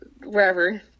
wherever